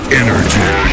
energy